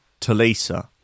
Talisa